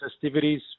festivities